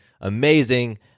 amazing